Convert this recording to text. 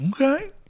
Okay